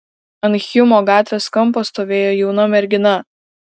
ant hjumo gatvės kampo stovėjo jauna mergina